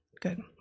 good